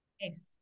Yes